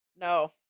No